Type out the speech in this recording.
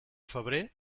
febrer